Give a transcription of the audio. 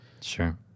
sure